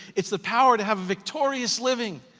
it's the power to have victorious living,